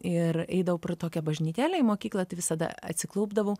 ir eidavau pro tokią bažnytėlę į mokyklą tai visada atsiklaupdavau